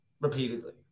repeatedly